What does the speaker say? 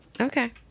Okay